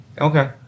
Okay